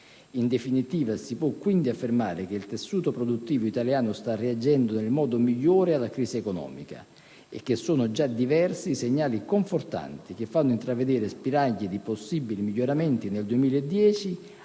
In definitiva, si può quindi affermare che il tessuto produttivo italiano sta reagendo nel modo migliore alla crisi economica, e che sono già diversi i segnali confortanti che fanno intravedere spiragli di possibili miglioramenti nel 2010,